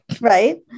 Right